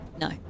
No